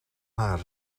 haar